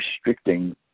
restricting